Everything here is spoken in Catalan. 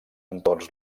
entorns